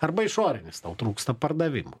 arba išorinis tau trūksta pardavimų